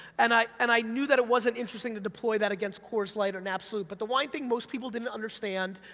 and i and i knew that it wasn't interesting to deploy that against coors light or an absolut, but the wine thing, most people didn't understand,